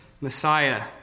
Messiah